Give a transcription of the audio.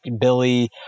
billy